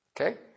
Okay